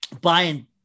Buying